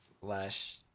slash